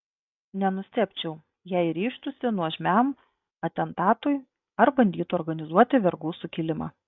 nenustebčiau jei ryžtųsi nuožmiam atentatui ar bandytų organizuoti vergų sukilimą